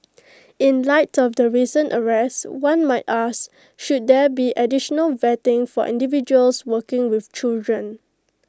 in light of the recent arrest one might ask should there be additional vetting for individuals working with children